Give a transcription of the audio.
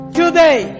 today